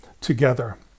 together